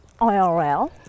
IRL